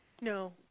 No